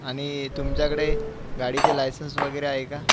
आणि तुमच्याकडे गाडीचे लायसेंस वगैरे आहे का